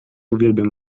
uwielbiam